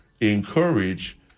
encourage